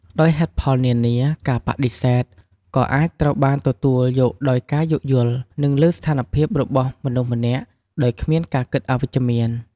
ដោយហេតុផលនានា ការបដិសេធក៏អាចត្រូវបានទទួលយកដោយការយោគយល់ និងលើស្ថានភាពរបស់មនុស្សម្នាក់ ដោយគ្មានការគិតអវិជ្ជមាន។